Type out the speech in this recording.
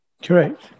Correct